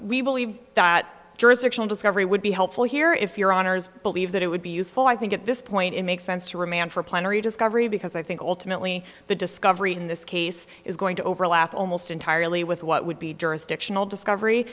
we believe that jurisdictional discovery would be helpful here if your honour's believe that it would be useful i think at this point it makes sense to remand for plenary discovery because i think ultimately the discovery in this case is going to overlap almost entirely with what would be jurisdictional discovery